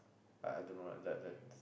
I I don't know ah the the